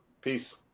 Peace